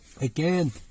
Again